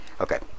Okay